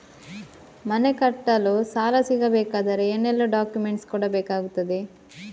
ಮನೆ ಕಟ್ಟಲು ಸಾಲ ಸಿಗಬೇಕಾದರೆ ಏನೆಲ್ಲಾ ಡಾಕ್ಯುಮೆಂಟ್ಸ್ ಕೊಡಬೇಕಾಗುತ್ತದೆ?